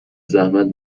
زحمت